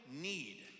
need